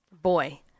Boy